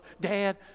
Dad